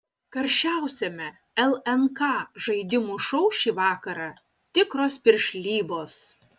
karščiausiame lnk žaidimų šou šį vakarą tikros piršlybos